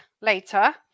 later